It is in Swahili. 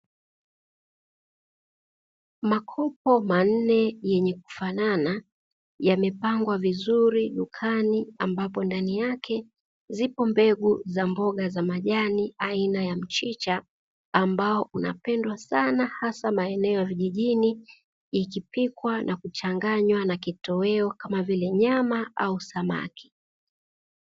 Makopo manne yenye kufanana yamepangwa vizuri dukani ambapo ndani yake zipo mbegu za mboga za majani aina ya mchicha ambao unapendwa sana hasa maeneo ya vijijini ikipikwa na kuchanganywa na kitoweo kama vile nyama au samaki.